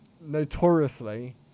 notoriously